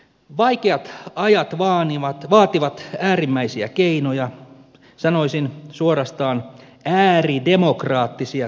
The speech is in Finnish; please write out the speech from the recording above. vaikeat ajat vaativat äärimmäisiä keinoja sanoisin suorastaan ääridemokraattisia keinoja